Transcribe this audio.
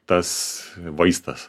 tas vaistas